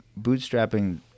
bootstrapping